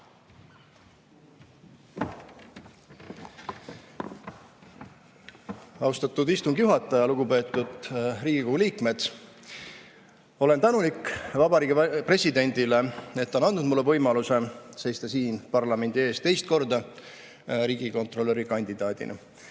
Austatud istungi juhataja! Lugupeetud Riigikogu liikmed! Olen tänulik Vabariigi Presidendile, et ta on andnud mulle võimaluse seista siin parlamendi ees teist korda riigikontrolöri kandidaadina.